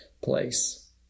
place